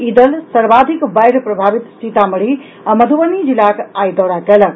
ई दल सर्वाधिक बाढ़ि प्रभावित सीतामढ़ी आ मधुबनी जिलाक आइ दौरा कयलक